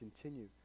continue